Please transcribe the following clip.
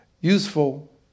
useful